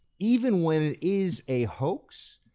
even when it is a hoax,